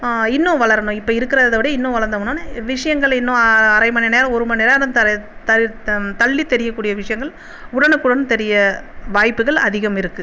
இன்னும் வளரணும் இப்போ இருக்கிறத விட இன்னும் வளர்ந்தோம்னா விஷயங்கள் இன்னும் அரைமணி நேரம் ஒரு மணி நேரம் த த த தள்ளி தெரியக்கூடிய விஷயங்கள் உடனுக்குடன் தெரிய வாய்ப்புகள் அதிகம் இருக்குது